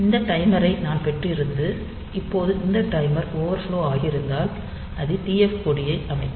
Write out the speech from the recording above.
இந்த டைமரை நான் பெற்றிருந்து இப்போது இந்த டைமர் ஓவர்ஃப்லோ ஆகியிருந்தால் அது TF கொடியை அமைக்கும்